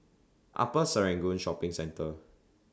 Upper Serangoon Shopping Centre